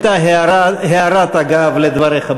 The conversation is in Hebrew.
זאת הייתה הערת אגב על דבריך.